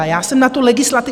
Já jsem na tu legislativní...